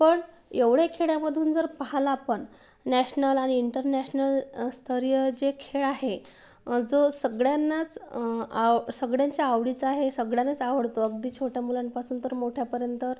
पण एवढे खेळामधून जर पाहिलं आपण नॅशनल आणि इंटरनॅशनल स्तरीय जे खेळ आहे जो सगळ्यांनाच आव सगळ्यांच्या आवडीचा आहे सगळ्यांनाच आवडतो अगदी छोट्या मुलांपासून तर मोठ्यापर्यंत